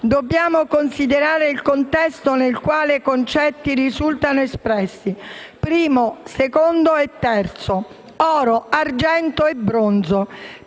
dobbiamo considerare il contesto nel quale tali concetti risultano espressi. Primo, secondo e terzo; oro, argento e bronzo;